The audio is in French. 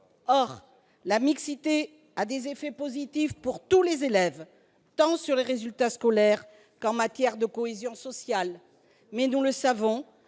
Or la mixité a des effets positifs sur tous les élèves, tant sur les résultats scolaires qu'en matière de cohésion sociale. Mais, nous le savons